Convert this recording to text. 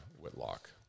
Whitlock